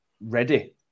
ready